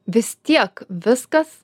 vis tiek viskas